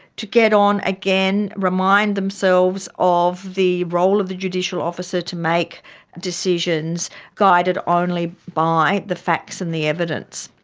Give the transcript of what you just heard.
to get on again, remind themselves of the role of the judicial officer to make decisions guided only by the facts and the evidence.